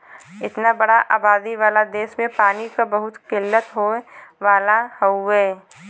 इतना बड़ा आबादी वाला देस में पानी क बहुत किल्लत होए वाला हउवे